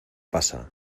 pasa